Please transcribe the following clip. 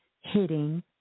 hitting